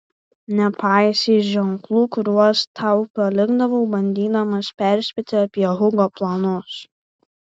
nepaisei ženklų kuriuos tau palikdavau bandydamas perspėti apie hugo planus